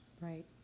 Right